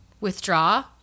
withdraw